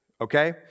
okay